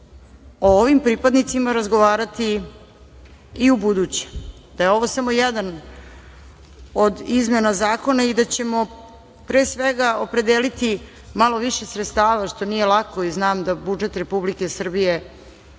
o ovim pripadnicima razgovarati i ubuduće, da je ovo samo jedan od izmena zakona i da ćemo pre svega opredeliti malo više sredstava, što nije lako, i znam da budžet Republike Srbije